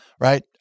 right